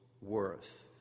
worth